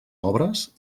obres